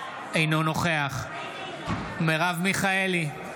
אינו נוכח מרב מיכאלי,